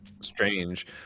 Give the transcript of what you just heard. strange